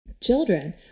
Children